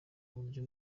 uburyo